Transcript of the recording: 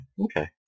okay